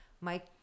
Mike